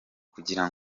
kugira